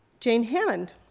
jane hammond.